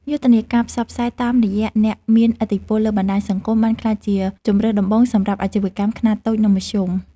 យុទ្ធនាការផ្សព្វផ្សាយតាមរយៈអ្នកមានឥទ្ធិពលលើបណ្តាញសង្គមបានក្លាយជាជម្រើសដំបូងសម្រាប់អាជីវកម្មខ្នាតតូចនិងមធ្យម។